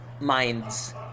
minds